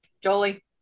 Jolie